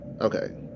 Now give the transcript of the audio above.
Okay